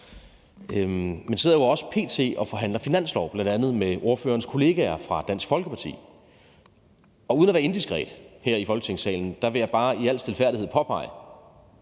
jeg sidder jo også p.t. og forhandler finanslov sammen med bl.a. spørgerens kollegaer fra Dansk Folkeparti, og uden at være indiskret her i Folketingssalen vil jeg bare i al stilfærdighed påpege,